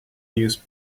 use